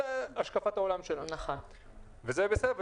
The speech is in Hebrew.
זאת השקפת העולם שלהם וזה בסדר.